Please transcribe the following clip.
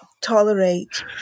tolerate